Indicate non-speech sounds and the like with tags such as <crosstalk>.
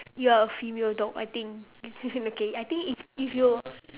you are a female dog I think <laughs> okay I think if if you